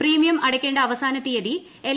premium അടയ്ക്കേണ്ട അവസാന തീയതി എൽ